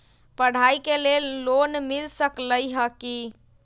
पढाई के लेल लोन मिल सकलई ह की?